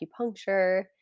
acupuncture